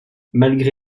malgré